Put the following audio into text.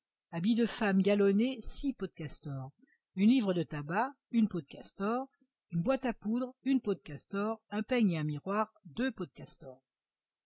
habits de femme galonné peaux de castor une livre de tabac une peau de castor une boîte à poudre une peau de castor un peigne et un miroir deux peaux de castor